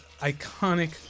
iconic